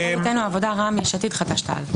מבחינתנו העבודה, רע"מ, יש עתיד, חד"ש-תע"ל.